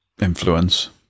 influence